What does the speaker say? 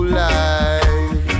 life